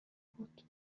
بود